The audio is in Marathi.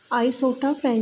आईसओटा फ्रँ